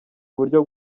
uburyo